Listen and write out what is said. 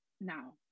now